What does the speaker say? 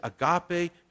agape